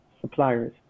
suppliers